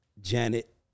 Janet